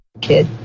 kid